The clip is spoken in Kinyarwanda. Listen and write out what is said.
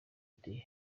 ati